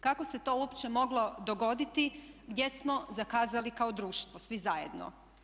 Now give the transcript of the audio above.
Kako se to uopće moglo dogoditi, gdje smo zakazali kao društvo svi zajedno?